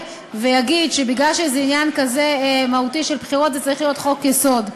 ויגיד שבגלל שזה כזה עניין מהותי של בחירות זה צריך להיות חוק-יסוד,